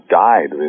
died